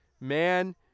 man